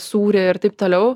sūrį ir taip toliau